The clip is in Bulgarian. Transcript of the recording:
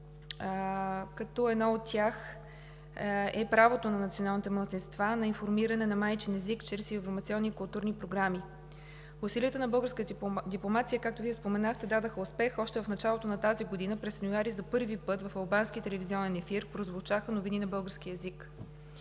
като едно от тях е правото на националните малцинства за информиране на майчин език чрез информационни и културни програми. Усилията на българската дипломация, както Вие споменахте, дадоха успех още в началото на тази година. През януари за първи път в албански телевизионен ефир прозвучаха новини на български език.